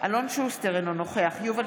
אלון שוסטר, אינו נוכח יובל